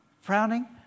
frowning